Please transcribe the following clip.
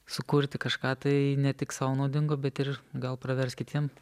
sukurti kažką tai ne tik sau naudingo bet ir gal pravers kitiems